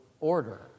order